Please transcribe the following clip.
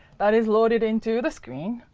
that is loaded into the screen.